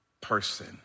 person